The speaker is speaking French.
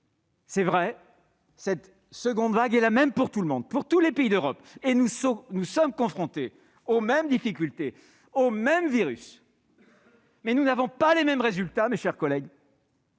est vrai, que cette seconde vague est la même pour tout le monde, pour tous les pays d'Europe. Nous sommes confrontés aux mêmes difficultés, au même virus, mais nous n'obtenons pas les mêmes résultats, mes chers collègues